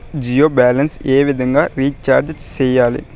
Jio balance ఏ విధంగా recharge సేయాలి?